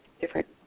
different